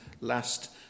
last